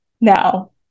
Now